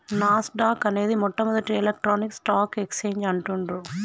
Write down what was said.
నాస్ dock అనేది మొట్టమొదటి electronic stock exchange అంటుండ్రు